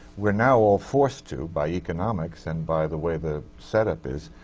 we're now all forced to, by economics, and by the way the setup is.